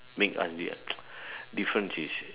make us their difference is